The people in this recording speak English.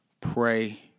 Pray